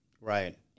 Right